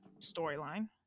storyline